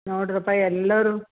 ನೋಡಿರಪ್ಪ ಎಲ್ಲರೂ